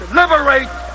liberate